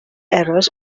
errors